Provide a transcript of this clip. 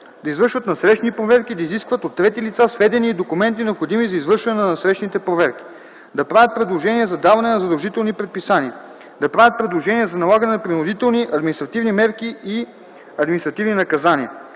да извършват насрещни проверки и да изискват от трети лица сведения и документи, необходими за извършване на насрещните проверки; - да правят предложения за даване на задължителни предписания; - да правят предложения за налагане на принудителни административни мерки и административни наказания.